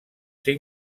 ser